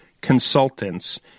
consultants